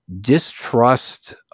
distrust